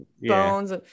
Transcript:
bones